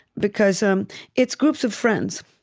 because um it's groups of friends.